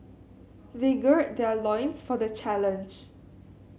they gird their loins for the challenge